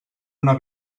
una